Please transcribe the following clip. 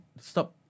Stop